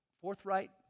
forthright